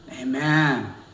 Amen